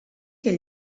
che